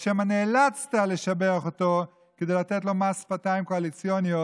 או שמא נאלצת לשבח אותו כדי לתת לו מס שפתיים קואליציוני,